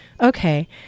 Okay